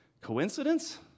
Coincidence